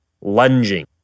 Lunging